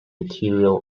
material